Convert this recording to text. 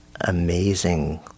amazing